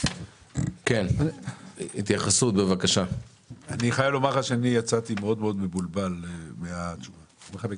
אני חייב לומר שאני יצאתי מאוד מבולבל מהתשובה הזאת.